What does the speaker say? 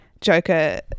Joker